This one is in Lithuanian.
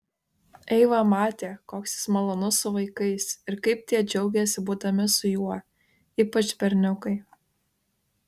eiva matė koks jis malonus su vaikais ir kaip tie džiaugiasi būdami su juo ypač berniukai